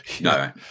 No